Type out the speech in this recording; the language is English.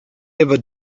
ever